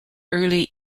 early